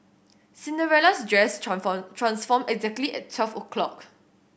Cinderella's dress transformed exactly at twelve O clock